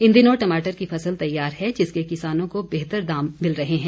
इन दिनों टमाटर की फसल तैयार है जिसके किसानों को बेहतर दाम मिल रहे हैं